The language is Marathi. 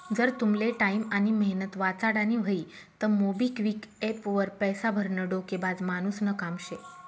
जर तुमले टाईम आनी मेहनत वाचाडानी व्हयी तं मोबिक्विक एप्प वर पैसा भरनं डोकेबाज मानुसनं काम शे